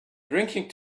drinking